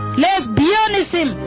lesbianism